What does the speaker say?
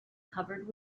covered